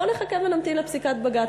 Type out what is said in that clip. בוא נחכה לפסיקת בג"ץ.